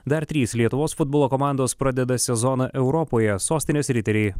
dar trys lietuvos futbolo komandos pradeda sezoną europoje sostinės riteriai